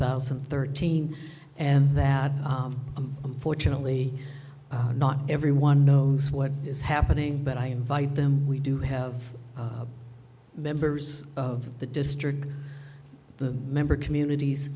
thousand and thirteen and that unfortunately not everyone knows what is happening but i invite them we do have members of the district the member communities